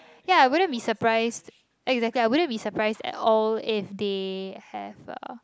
ya wouldn't be surprise exactly I wouldn't be surprised at all if they have a